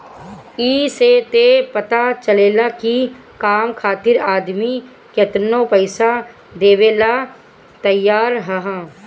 ए से ई पता चलेला की काम खातिर आदमी केतनो पइसा देवेला तइयार हअ